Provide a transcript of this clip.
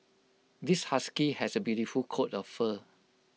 this husky has A beautiful coat of fur